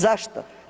Zašto?